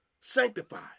sanctified